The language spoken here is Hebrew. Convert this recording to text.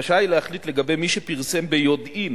רשאי להחליט לגבי מי שפרסם ביודעין